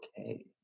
okay